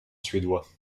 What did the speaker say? suédois